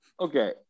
Okay